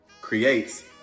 creates